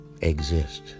exist